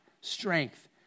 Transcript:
strength